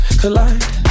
collide